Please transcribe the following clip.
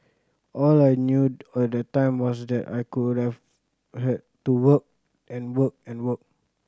all I knew at that time was that I could have had to work and work and work